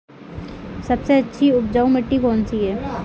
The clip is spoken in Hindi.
सबसे अच्छी उपजाऊ मिट्टी कौन सी है?